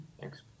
thanks